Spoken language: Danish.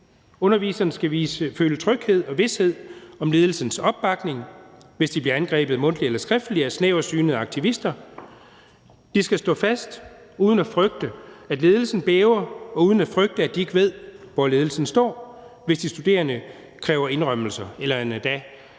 Underviserne skal føle tryghed og vished om ledelsens opbakning, hvis de bliver angrebet mundtligt eller skriftligt af snæversynede aktivister. De skal stå fast uden at frygte, at ledelsen bæver, og uden at frygte, at de ikke ved, hvor ledelsen står, hvis de studerende kræver indrømmelser eller endda